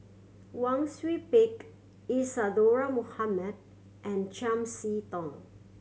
Wang Sui Pick Isadhora Mohamed and Chiam See Tong